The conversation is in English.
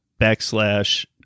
backslash